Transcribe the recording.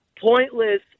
pointless